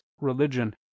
religion